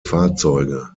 fahrzeuge